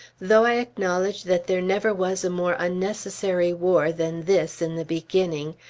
though i acknowledge that there never was a more unnecessary war than this in the beginning,